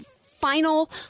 final